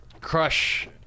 crush